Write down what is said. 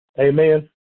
Amen